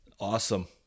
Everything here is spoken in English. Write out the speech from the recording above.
Awesome